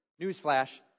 Newsflash